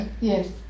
Yes